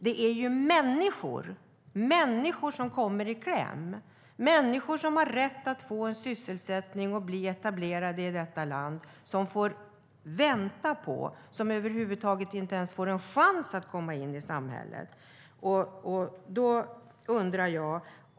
Det är människor som kommer i kläm - människor som har rätt att få en sysselsättning och bli etablerade i detta land. Det är de som får vänta, och det är de som över huvud taget inte ens får en chans att komma in i samhället.